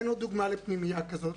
אין עוד דוגמה לפנימייה כזאת,